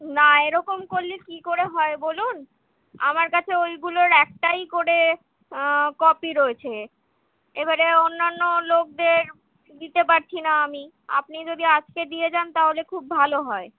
না এরকম করলে কী করে হয় বলুন আমার কাছে ওইগুলোর একটাই করে কপি রয়েছে এবারে অন্যান্য লোকদের দিতে পারছি না আমি আপনি যদি আজকে দিয়ে যান তাহলে খুব ভালো হয়